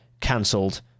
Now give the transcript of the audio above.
cancelled